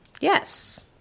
Yes